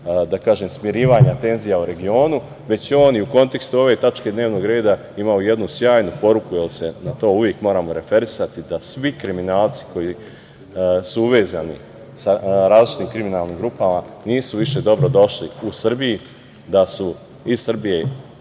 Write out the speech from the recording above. da kažem, smirivanja tenzija u regionu, već je on u kontekstu ove tačke dnevnog reda imao jednu sjajnu poruku, jer se na to uvek moramo referisati, da svi kriminalci koji su uvezani sa različitim kriminalnim grupama nisu više dobrodošli u Srbiji, da su iz Srbije